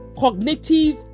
cognitive